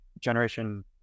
generation